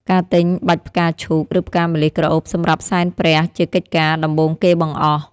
ការទិញបាច់ផ្កាឈូក ឬផ្កាម្លិះក្រអូបសម្រាប់សែនព្រះជាកិច្ចការដំបូងគេបង្អស់។